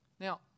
Now